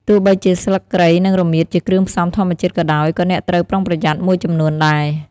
ទោះបីជាស្លឹកគ្រៃ និងរមៀតជាគ្រឿងផ្សំធម្មជាតិក៏ដោយ ក៏អ្នកត្រូវប្រុងប្រយ័ត្នមួយចំនួនដែរ។